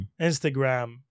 Instagram